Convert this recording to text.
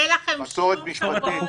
מסורת משפטית.